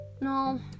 No